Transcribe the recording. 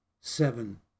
seven